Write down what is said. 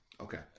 Okay